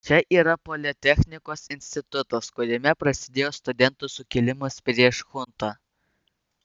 čia yra politechnikos institutas kuriame prasidėjo studentų sukilimas prieš chuntą